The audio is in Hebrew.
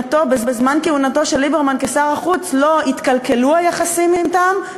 שבזמן כהונתו של ליברמן כשר החוץ לא התקלקלו היחסים אתם,